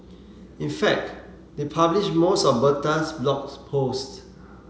in fact they published most of Bertha's blogs posts